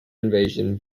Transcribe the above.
invasion